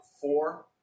four